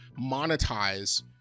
monetize